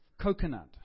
coconut